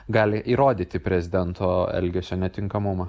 gali įrodyti prezidento elgesio netinkamumą